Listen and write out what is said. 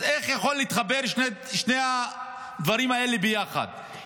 אז איך שני הדברים האלה יכולים להתחבר ביחד,